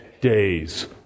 days